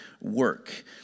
work